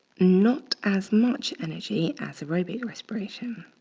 not as much energy as aerobic respiration.